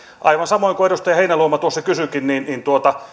aivan samoin kuin edustaja heinäluoma tuossa kysyikin